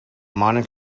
modern